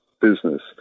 business